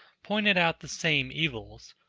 pointed out the same evils.